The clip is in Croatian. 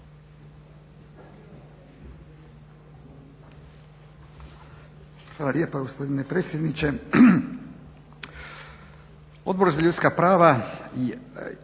Hvala lijepo gospodine predsjedniče,